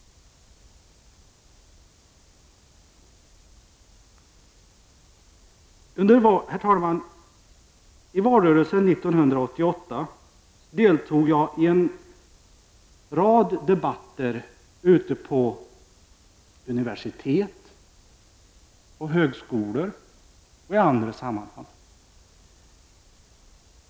I valrörelsen 1988 deltog jag i en rad debatter ute på universitet och högskolor och även i andra sammanhang.